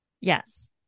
Yes